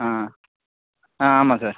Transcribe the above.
ஆ ஆ ஆமாம் சார்